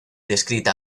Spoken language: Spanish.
descrita